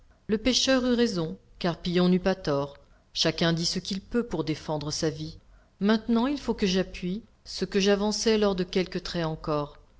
le pêcheur eut raison carpillon n'eut pas tort chacun dit ce qu'il peut pour défendre sa vie maintenant il faut que j'appuie ce que j'avançai lors de quelque trait encor